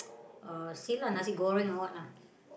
uh see lah nasi-goreng or what lah